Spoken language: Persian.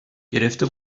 گرفته